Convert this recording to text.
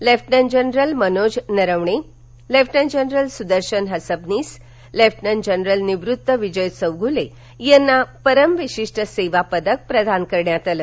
lieutenant general Manoj Naravane lieutenant general Sudarshan Hasabnis major general निवृत्त विजय चौघुले यांना परम विशिष्ट सेवा पदक प्रदान करण्यात आलं